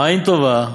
עין טובה,